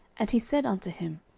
and he said unto him,